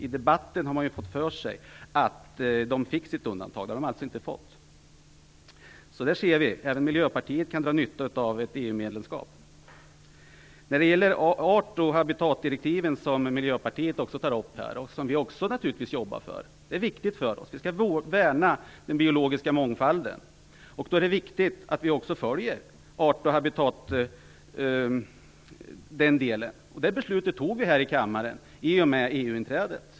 I debatten har man fått för sig att Finland fick sitt undantag. Det har Finland inte fått. Där ser vi; även Miljöpartiet kan dra nytta av ett Miljöpartiet berör här art och habitatdirektiven, som vi naturligtvis också arbetar för. Det är viktigt för oss. Vi skall värna den biologiska mångfalden. Det är då viktigt att vi också följer art och habitatdirektiven. Det beslutet fattades här i kammaren i och med EU inträdet.